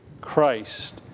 Christ